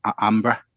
Amber